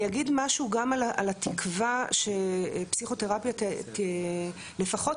אני גם אגיד משהו על התקווה שפסיכותרפיה לכל הפחות